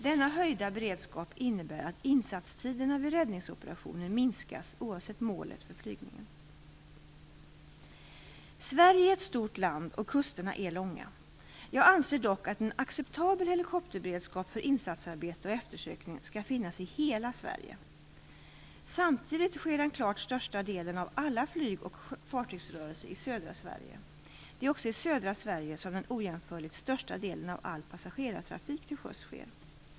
Denna höjda beredskap innebär att insatstiderna vid räddningsoperationer minskas oavsett målet för flygningen. Sverige är ett stort land och kusterna är långa. Jag anser dock att en acceptabel helikopterberedskap för insatsarbete och eftersökning skall finnas i hela Sverige. Samtidigt sker den klart största delen av alla flygoch fartygsrörelser i södra Sverige. Det är också i södra Sverige som den ojämförligt största delen av all passagerartrafik till sjöss sker.